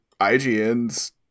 IGN's